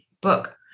book